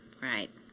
right